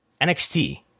NXT